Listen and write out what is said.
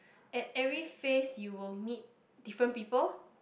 at every phase you will meet different people